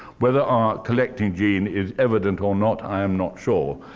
whether our collecting gene is evident or not, i am not sure.